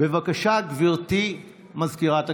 בבקשה, גברתי מזכירת הכנסת,